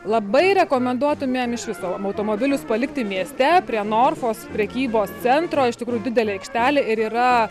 labai rekomenduotumėm iš viso automobilius palikti mieste prie norfos prekybos centro iš tikrųjų didelė aikštelė ir yra